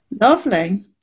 Lovely